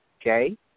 Okay